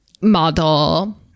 model